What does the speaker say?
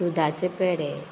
दुदाचे पेडे